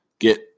get